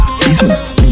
Business